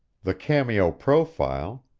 the cameo profile,